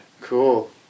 Cool